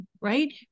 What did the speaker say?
right